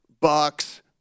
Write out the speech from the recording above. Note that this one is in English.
Bucks